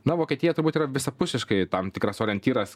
na vokietija turbūt yra visapusiškai tam tikras orientyras